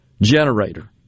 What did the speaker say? generator